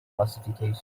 classification